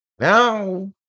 now